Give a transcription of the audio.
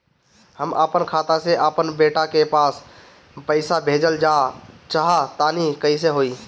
हम आपन खाता से आपन बेटा के पास पईसा भेजल चाह तानि कइसे होई?